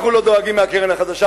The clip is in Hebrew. אנחנו לא דואגים בשל הקרן החדשה,